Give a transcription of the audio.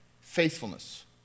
Faithfulness